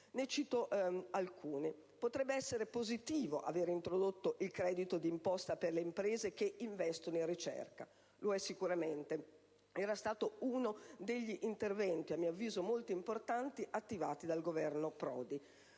Ne cito alcune. Potrebbe essere positivo aver introdotto il credito d'imposta per le imprese che investono in ricerca. Lo è sicuramente. A mio avviso, era stato uno degli interventi molto importanti attivati dal Governo Prodi.